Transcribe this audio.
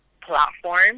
platform